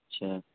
اچھا